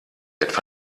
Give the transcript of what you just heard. etwa